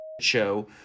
show